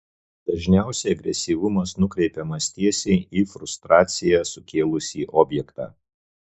dažniausiai agresyvumas nukreipiamas tiesiai į frustraciją sukėlusį objektą